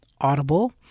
Audible